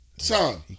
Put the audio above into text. Son